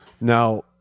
Now